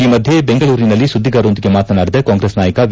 ಈ ಮಧ್ಯೆ ಬೆಂಗಳೂರಿನಲ್ಲಿ ಸುದ್ದಿಗಾರರೊಂದಿಗೆ ಮಾತನಾಡಿದ ಕಾಂಗ್ರೆಸ್ ನಾಯಕ ವಿ